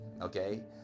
okay